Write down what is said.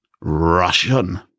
Russian